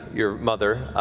your mother,